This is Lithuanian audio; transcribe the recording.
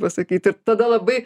pasakyt ir tada labai